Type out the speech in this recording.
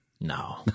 No